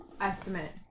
estimate